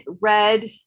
red